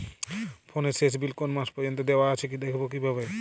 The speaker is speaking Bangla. ফোনের শেষ বিল কোন মাস পর্যন্ত দেওয়া আছে দেখবো কিভাবে?